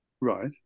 right